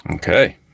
Okay